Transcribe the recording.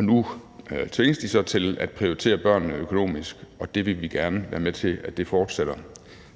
nu tvinges de så til at prioritere deres børn økonomisk, og det vil vi gerne være med til, at det fortsætter.